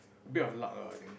a bit of luck err I think